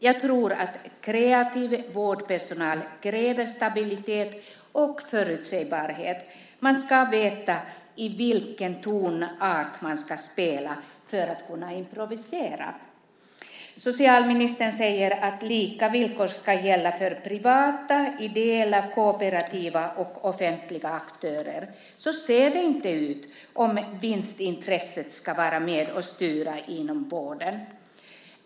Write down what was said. Jag tror att kreativ vårdpersonal kräver stabilitet och förutsägbarhet. Man måste veta i vilken tonart man ska spela för att kunna improvisera. Socialministern säger att lika villkor ska gälla för privata, ideella, kooperativa och offentliga aktörer. Så ser det inte ut om vinstintresset ska vara med och styra inom vården.